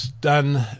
done